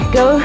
go